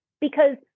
Because-